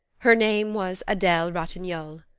her name was adele ratignolle.